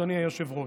אדוני היושב-ראש,